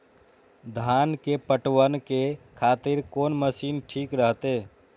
धान के पटवन के खातिर कोन मशीन ठीक रहते?